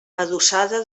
adossada